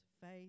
faith